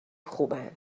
خوبن